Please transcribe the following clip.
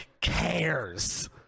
cares